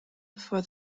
for